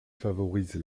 favorise